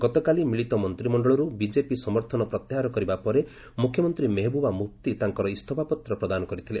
ଗତକାଲି ମିଳିତ ମନ୍ତିମଷ୍ଟଳରୁ ବିକେପି ସମର୍ଥନ ପ୍ରତ୍ୟାହାର କରିବା ପରେ ମୁଖ୍ୟମନ୍ତ୍ରୀ ମେହବୁବା ମୁଫ୍ତି ତାଙ୍କର ଇସ୍ତଫା ପତ୍ର ପ୍ରଦାନ କରିଥିଲେ